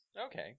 Okay